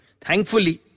Thankfully